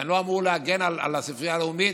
אני לא אמור להגן על הספרייה הלאומית